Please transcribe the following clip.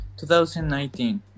2019